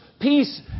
peace